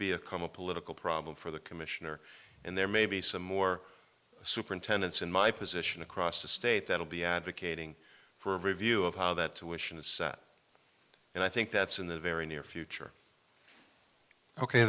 calm a political problem for the commissioner and there may be some more superintendents in my position across the state that will be advocating for a review of how that tuition is set and i think that's in the very near future ok